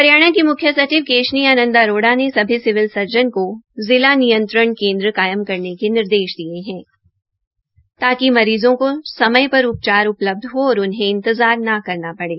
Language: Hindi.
हरियाणा की मुख्यसचिव केशनी आनंद अरोड़ा ने सभी सिविल सर्जन को जिला नियंत्रण कायम करने के निदर्देश दिये है जाकि मरीज़ों को समय पर उपचार उपलब्ध हो और उन्हें इंतजार न करना पड़े